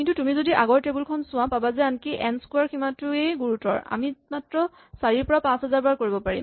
কিন্তু তুমি যদি আগৰ টেবুল খন চোৱা পাবা যে আনকি এন স্কোৱাৰ সীমাটোৱেই গুৰুতৰ আমি মাত্ৰ চাৰিৰ পৰা ৫০০০ বাৰ কৰিব পাৰিম